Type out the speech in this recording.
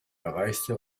erreichte